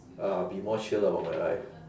uh be more chill about my life